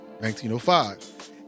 1905